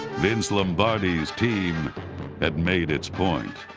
vince lombardi's team had made its point.